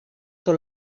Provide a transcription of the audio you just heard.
tot